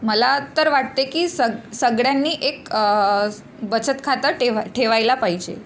मला तर वाटते की स सगळ्यांनी एक स बचत खातं ठेवा ठेवायला पाहिजे